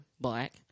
black